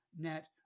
net